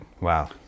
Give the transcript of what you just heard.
Wow